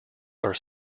are